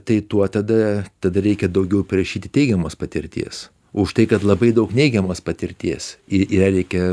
tai tuo tada tada reikia daugiau parašyti teigiamos patirties už tai kad labai daug neigiamos patirties ir ją reikia